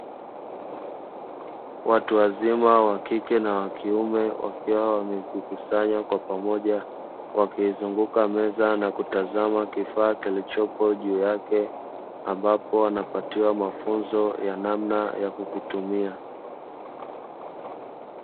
Watu wazima (wa kike na wa kiume) wakiwa wamejikusanya kwa pamoja, wakiizunguka meza na kuitizama kifaa kilichopo juu yake, ambapo wanapatiwa mafunzo ya namna ya kukitumia.